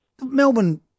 Melbourne